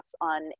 on